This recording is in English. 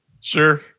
sure